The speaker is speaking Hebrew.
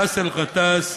באסל גטאס,